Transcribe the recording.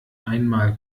einmal